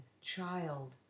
child